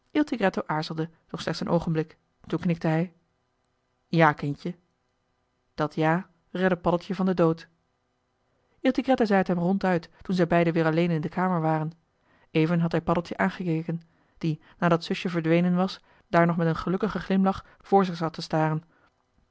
il tigretto aarzelde doch slechts een oogenblik toen knikte hij ja kindje dat ja redde paddeltje van den dood il tigretto zei het hem ronduit toen zij beiden weer alleen in de kamer waren even had hij paddeltje aangekeken die nadat zusje verdwenen was daar nog met een gelukkigen glimlach voor zich zat te staren